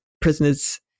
prisoners